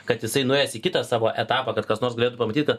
kad jisai nuėjęs į kitą savo etapą kad kas nors galėtų pamatyt kad